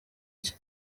cye